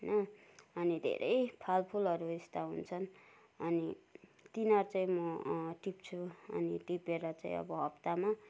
होइन अनि धेरै फलफुलहरू यस्ता हुन्छन् अनि तिनीहरू चाहिँ म टिप्छु अनि टिपेर चाहिँ अब हप्तामा